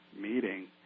meeting